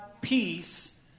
peace